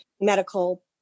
medical